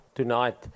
Tonight